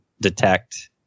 detect